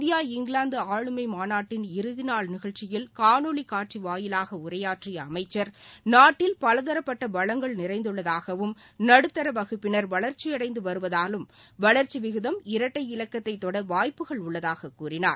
India England ஆளுமை மாநாட்டின் இறுதிநாள் நிகழ்ச்சியில் காணொளிக் காட்சி வாயிலாக உரையாற்றிய அமைச்சர் நாட்டில் பலதரப்பட்ட வளங்கள் நிறைந்துள்ளதாகவும் நடுத்தர வகுப்பினர் வளர்ச்சியடைந்து வருவதாலும் வளர்ச்சி விகிதம் இரட்டை இலக்கத்தை தொட வாய்ப்புகள் உள்ளதாக கூறினார்